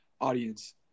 audience